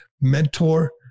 mentor